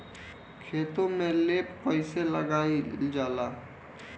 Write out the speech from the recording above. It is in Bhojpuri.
खेतो में लेप कईसे लगाई ल जाला?